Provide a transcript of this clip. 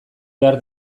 behar